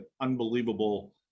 unbelievable